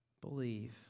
believe